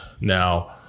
Now